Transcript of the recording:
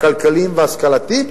הכלכליים וההשכלתיים,